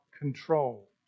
control